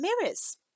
mirrors